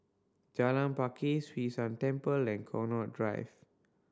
Jalan Pakis San Temple and Connaught Drive